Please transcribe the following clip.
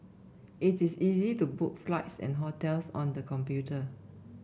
it is easy to book flights and hotels on the computer